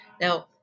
Now